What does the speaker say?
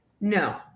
No